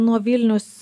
nuo vilnius